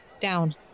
down